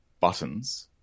buttons